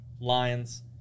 Lions